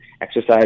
exercise